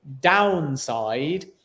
downside